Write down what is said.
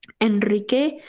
Enrique